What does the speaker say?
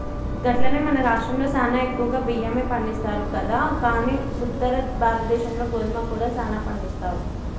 గట్లనే మన రాష్ట్రంలో సానా ఎక్కువగా బియ్యమే పండిస్తారు కదా కానీ ఉత్తర భారతదేశంలో గోధుమ కూడా సానా పండిస్తారు